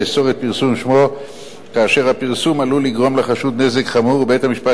לאסור את פרסום שמו כאשר הפרסום עלול לגרום לחשוד נזק חמור ובית-המשפט